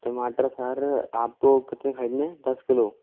टमाटर सर आप को कितने ख़रीदने है दस किलो